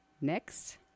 Next